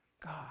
God